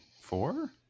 four